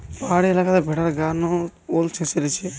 পাহাড়ি এলাকাতে ভেড়ার গা নু উল চেঁছে লিছে